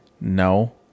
No